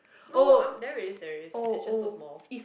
no um there is there is it's just those malls